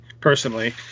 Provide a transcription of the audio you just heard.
personally